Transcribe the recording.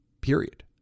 Period